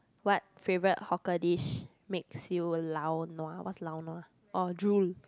what favorite hawker dish makes you will lau-nua what's lau-nua oh drool